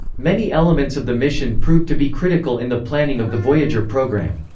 many elements of the mission proved to be critical in the planning of the voyager program.